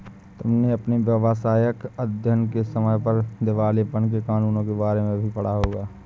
तुमने अपने व्यावसायिक अध्ययन के समय पर दिवालेपन के कानूनों के बारे में भी पढ़ा होगा